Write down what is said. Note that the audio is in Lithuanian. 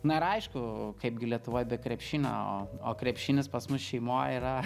na ir aišku kaipgi lietuvoj be krepšinio o krepšinis pas mus šeimoje yra